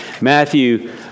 Matthew